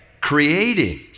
creating